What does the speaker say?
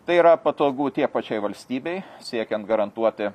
tai yra patogu tiek pačiai valstybei siekiant garantuoti